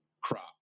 crop